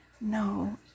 no